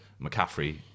McCaffrey